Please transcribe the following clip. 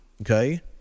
okay